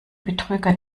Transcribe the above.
betrüger